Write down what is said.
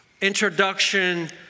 introduction